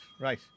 Right